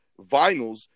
vinyls